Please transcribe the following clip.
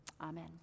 Amen